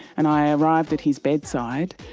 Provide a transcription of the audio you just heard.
and i arrived at his bedside,